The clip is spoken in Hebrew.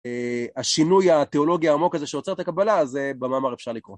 השינוי התיאולוגי העמוק הזה שעוצר את הקבלה, זה במאמר אפשר לקרוא.